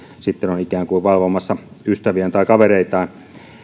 sitten on ikään kuin valvomassa ystäviään tai kavereitaan